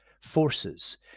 forces